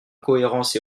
incohérences